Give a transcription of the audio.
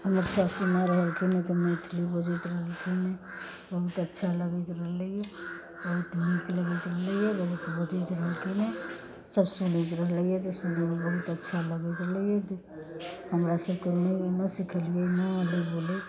हमर सासू माँ रहलखिन्ह तऽ मैथली बजैत रहलखिन्ह बहुत अच्छा लगैत रहलैए बहुत नीक लगैत रहलैए ओ जब बजैत छलखिन हेँ सभ सुनैत रहलै जे सुनैमे बहुत अच्छा लगैत रहलैए हमरासभके एम्हर सिखलियै न अबै बोलै